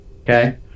Okay